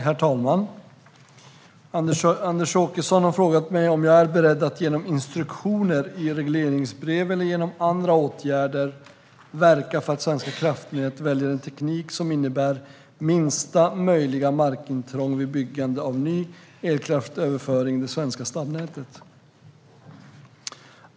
Herr talman! Anders Åkesson har frågat mig om jag är beredd att genom instruktioner i regleringsbrev eller genom andra åtgärder verka för att Svenska kraftnät väljer en teknik som innebär minsta möjliga markintrång vid byggande av ny elkraftöverföring i det svenska stamnätet.